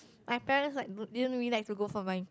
I tell them like I don't really like to go for my